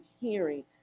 hearing